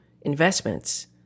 investments